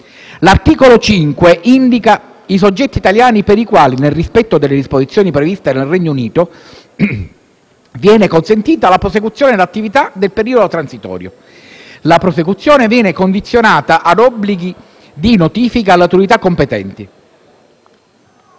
L'articolo 5 indica i soggetti italiani per i quali, nel rispetto delle disposizioni previste nel Regno Unito, viene consentita la prosecuzione dell'attività nel periodo transitorio. La prosecuzione viene condizionata ad obblighi di notifica alle autorità competenti